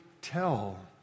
tell